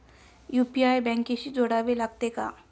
UPI बँकेशी जोडावे लागते का?